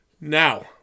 Now